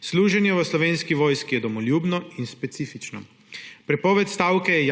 Služenje v Slovenski vojski je domoljubno in specifično. Prepoved stavke je